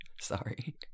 Sorry